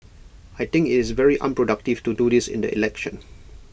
I think IT is very unproductive to do this in the election